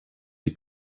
die